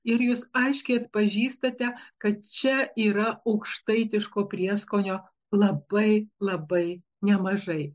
ir jūs aiškiai atpažįstate kad čia yra aukštaitiško prieskonio labai labai nemažai